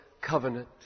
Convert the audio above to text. covenant